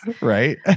Right